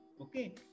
okay